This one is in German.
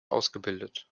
ausgebildet